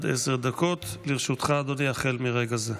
בבקשה, אדוני, עד עשר דקות לרשותך החל מרגע זה.